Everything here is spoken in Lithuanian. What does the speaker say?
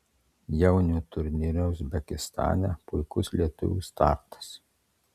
jaunių turnyre uzbekistane puikus lietuvių startas